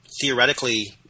theoretically